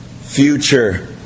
future